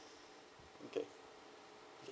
okay